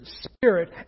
spirit